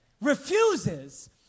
refuses